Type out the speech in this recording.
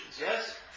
yes